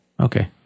Okay